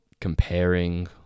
comparing